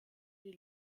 die